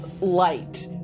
light